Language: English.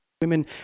women